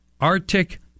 Arctic